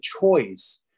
choice